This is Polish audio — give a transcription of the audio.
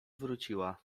wróciła